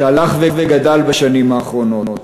שהלך וגדל בשנים האחרונות.